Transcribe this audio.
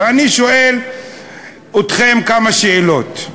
ואני שואל אתכם כמה שאלות.